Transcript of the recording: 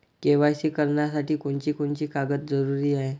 KYC करासाठी कोनची कोनची कागद जरुरी हाय?